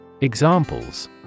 Examples